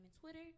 Twitter